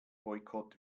boykott